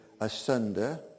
asunder